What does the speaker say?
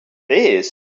this